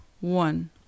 one